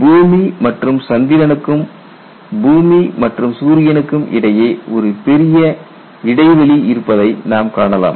பூமி மற்றும் சந்திரனுக்கும் பூமி மற்றும் சூரியனுக்கும் இடையே ஒரு பெரிய இடைவெளி இருப்பதை நாம் காணலாம்